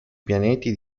pianeti